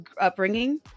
upbringing